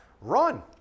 run